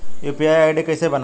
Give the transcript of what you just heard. UPI ID कैसे बनेला?